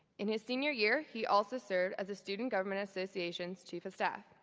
in his senior year he also served as the student government association's chief of staff.